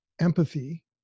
empathy